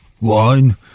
wine